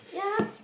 yeah